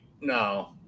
no